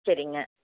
சரிங்க